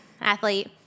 athlete